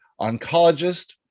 oncologist